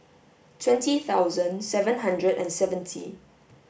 twenty thousand seven hundred and seventy